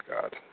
God